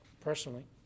personally